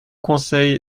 conseil